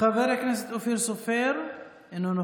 יהיה סיכום של מה, תודה.